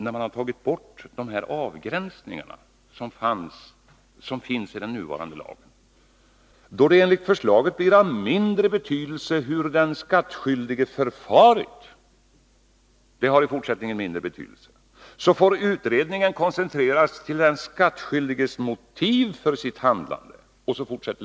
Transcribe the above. När man har tagit bort de avgränsningar som finns i den nuvarande lagen och sedan det — enligt förslaget — blivit av mindre betydelse hur den skattskyldige har förfarit, så får utredningen koncentreras till den skattskyldiges motiv för sitt handlande.